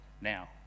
now